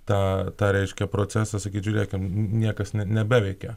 tą tą reiškia procesą sakyt žiūrėkim niekas net nebeveikia